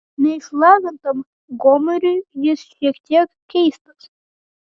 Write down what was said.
neišlavintam gomuriui jis šiek tiek keistas